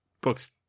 books